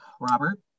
Robert